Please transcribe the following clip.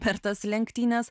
per tas lenktynes